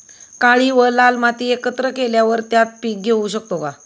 काळी व लाल माती एकत्र केल्यावर त्यात पीक घेऊ शकतो का?